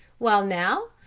while now,